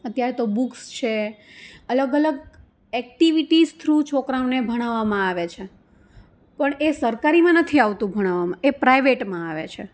અત્યારે તો બુક્સ છે અલગ અલગ એક્ટિવિટીસ થ્રુ છોકરાઓને ભણાવામાં આવે છે પણ એ સરકારીમાં નથી આવતું ભણાવવામાં એ પ્રાઇવેટમાં આવે છે